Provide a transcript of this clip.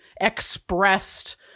expressed